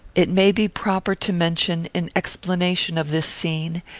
it may be proper to mention, in explanation of this scene,